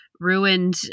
ruined